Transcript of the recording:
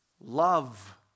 love